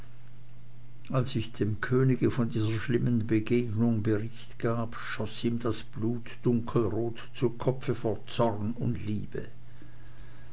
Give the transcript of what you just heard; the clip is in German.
als ich dem könige von dieser schlimmen begegnung bericht gab schoß ihm das blut dunkelrot zu kopfe vor zorn und liebe